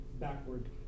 backward